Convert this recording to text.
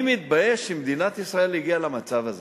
אני מתבייש שמדינת ישראל הגיעה למצב הזה,